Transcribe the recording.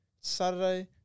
Saturday